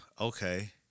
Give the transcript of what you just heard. okay